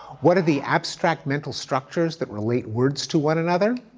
what are the abstract mental structures that relate word to one another?